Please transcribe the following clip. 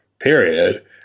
Period